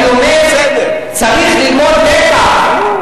אני אומר: צריך ללמוד לקח.